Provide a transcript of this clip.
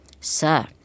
Sir